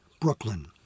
Brooklyn